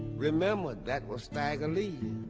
remembered that was stagger lee.